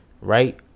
right